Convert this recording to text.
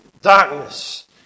Darkness